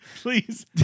Please